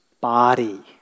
body